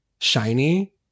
shiny